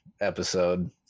episode